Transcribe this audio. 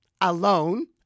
alone